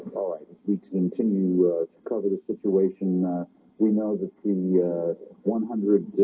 all right, we continue to cover the situation we know that the one hundred